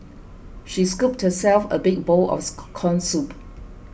she scooped herself a big bowl of the Corn Soup